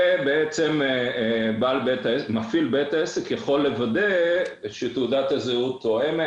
ובעצם מפעיל בית העסק יכול לוודא שתעודת הזהות תואמת לאדם,